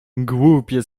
głupie